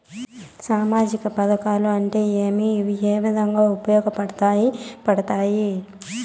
సామాజిక పథకాలు అంటే ఏమి? ఇవి ఏ విధంగా ఉపయోగపడతాయి పడతాయి?